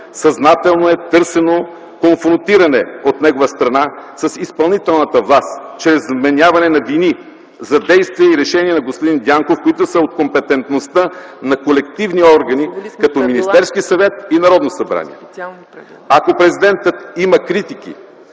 съзнателно е търсено конфронтиране от негова страна с изпълнителната власт чрез вменяване на вини за действия и решения на господин Дянков, които са от компетентността на колективни органи като Министерския съвет и Народното събрание. Ако президентът има критики